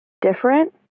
different